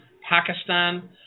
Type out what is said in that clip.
Pakistan